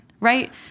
Right